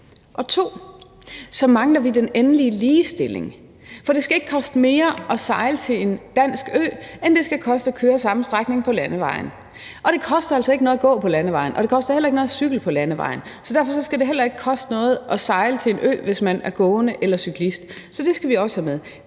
og 2) den endelige ligestilling, for det skal ikke koste mere at sejle til en dansk ø, end det skal koste at køre samme strækning på landevejen. Det koster altså ikke noget at gå på landevejen, og det koster heller ikke noget at cykle på landevejen, så derfor skal det heller ikke koste noget at sejle til en ø, hvis man er gående eller cyklist. Så det skal vi også have med.